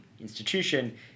institution